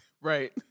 Right